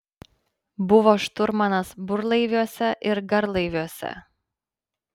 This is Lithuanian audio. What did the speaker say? buvo šturmanas burlaiviuose ir garlaiviuose